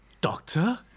Doctor